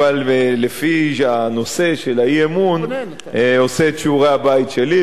אבל לפי הנושא של האי-אמון אני עושה את שיעורי-הבית שלי,